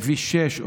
כביש 6,